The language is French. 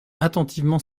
attentivement